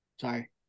sorry